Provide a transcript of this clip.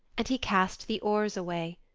and he cast the oars away.